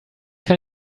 kann